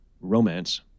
Romance